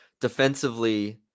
defensively